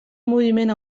moviment